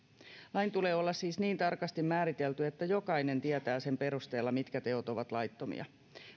lain tulee olla siis niin tarkasti määritelty että jokainen tietää sen perusteella mitkä teot ovat laittomia